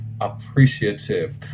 appreciative